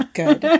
good